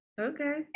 Okay